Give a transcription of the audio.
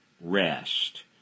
rest